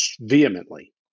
vehemently